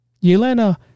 Yelena